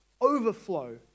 Overflow